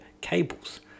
cables